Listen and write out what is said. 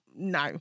No